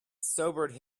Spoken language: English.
sobered